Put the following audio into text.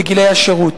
גילאי השירות.